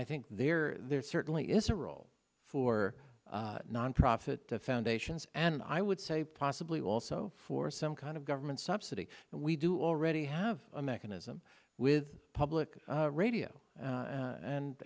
i think there are there certainly is a role for nonprofit foundations and i would say possibly also for some kind of govern subsidy we do already have a mechanism with public radio and